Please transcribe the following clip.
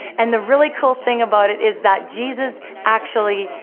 and the really cool thing about it, is that jesus actually,